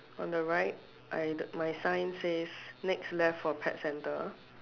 on the right I my sign says next left for pet center